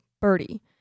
birdie